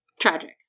Tragic